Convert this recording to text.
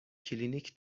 کلینیک